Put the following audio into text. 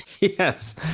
Yes